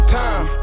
time